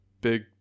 big